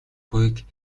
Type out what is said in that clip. буйг